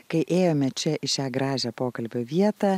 kai ėjome čia į šią gražią pokalbio vietą